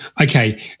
okay